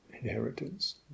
inheritance